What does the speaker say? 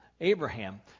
Abraham